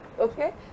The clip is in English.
okay